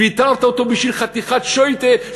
ויתרת עליו בשביל חתיכת שוטה,